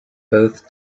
birth